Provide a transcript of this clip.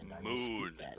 Moon